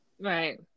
Right